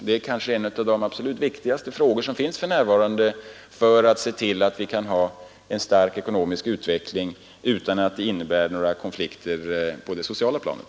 Det är kanske en av de absolut viktigaste frågor som finns för närvarande för att se till att vi får en stark ekonomisk utveckling utan att det därmed innebär några konflikter på det sociala planet.